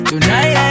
Tonight